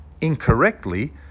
incorrectly